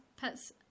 pets